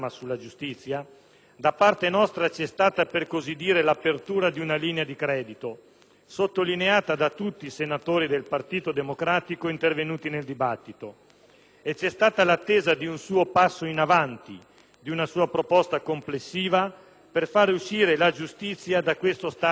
da parte nostra c'è stata, per così dire, l'apertura di una linea di credito, sottolineata da tutti i senatori del Partito Democratico intervenuti nel dibattito. E c'è stata l'attesa di un suo passo in avanti, di una sua proposta complessiva per fare uscire la giustizia da questo stato di catalessi.